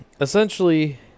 essentially